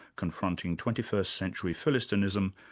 confronting twenty first century philistinism,